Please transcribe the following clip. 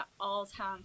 all-time